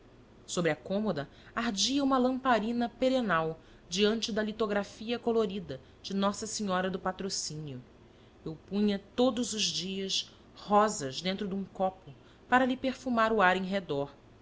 sobre a cômoda ardia uma lamparina perenal diante da litografia colorida de nossa senhora do patrocínio eu punha todos os dias rosas dentro de um copo para lhe perfumar o ar em redor